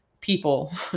people